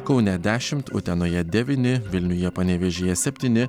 kaune dešimt utenoje devyni vilniuje panevėžyje septyni